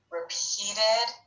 repeated